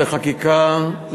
לחקיקה,